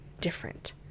different